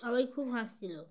সবাই খুব হাসছিল